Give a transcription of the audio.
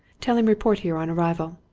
tell him report here on arrival.